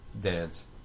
dance